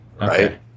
right